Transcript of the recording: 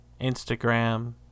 instagram